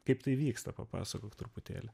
kaip tai vyksta papasakok truputėlį